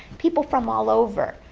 people from all over.